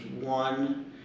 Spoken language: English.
one